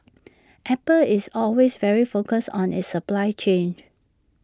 Apple is always very focused on its supply chain